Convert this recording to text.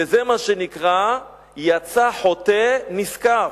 וזה מה שנקרא יצא חוטא נשכר.